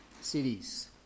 cities